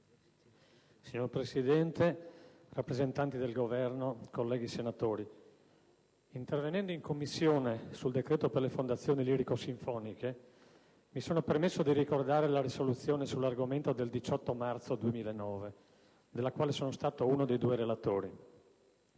Signor Presidente, rappresentanti del Governo, colleghi senatori, intervenendo in Commissione sul decreto per le fondazioni lirico-sinfoniche mi sono permesso di ricordare la risoluzione sull'argomento del 18 marzo 2009 della quale sono stato uno dei due relatori.